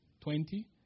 twenty